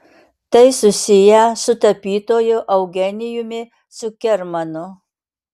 tai susiję su tapytoju eugenijumi cukermanu